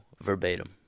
verbatim